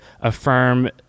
affirm